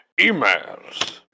emails